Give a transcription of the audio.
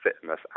fitness